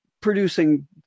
producing